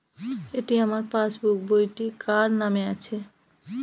এটি আমার পাসবুক বইটি কার নামে আছে?